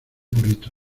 purito